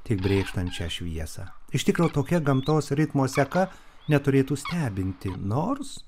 tik brėkštančią šviesą iš tikro tokia gamtos ritmo seka neturėtų stebinti nors